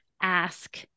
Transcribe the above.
ask